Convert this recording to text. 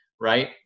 right